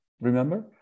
remember